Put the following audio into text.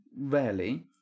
rarely